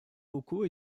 locaux